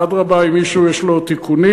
אדרבה, אם מישהו יש לו תיקונים.